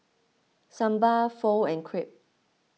Sambar Pho and Crepe